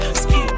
ski